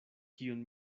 kiun